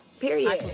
period